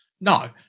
No